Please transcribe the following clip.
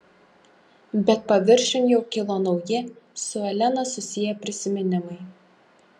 bet paviršiun jau kilo nauji su elena susiję prisiminimai